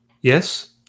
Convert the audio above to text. Yes